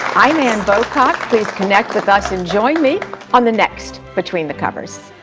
i'm ann bocock, please connect with us and join me on the next between the covers.